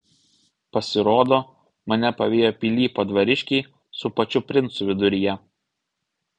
pasirodo mane pavijo pilypo dvariškiai su pačiu princu viduryje